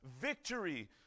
victory